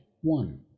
one